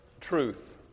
truth